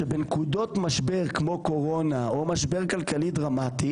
שבנקודות משבר כמו קורונה או משבר כלכלי דרמטי